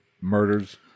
murders